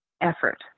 effort